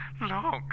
look